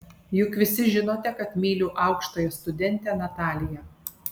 juk visi žinote kad myliu aukštąją studentę nataliją